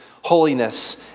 holiness